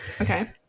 Okay